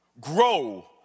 grow